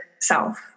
self